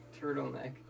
turtleneck